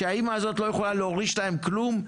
שהאמא הזאת לא יכולה להוריש להם כלום?